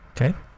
okay